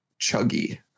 chuggy